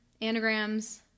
anagrams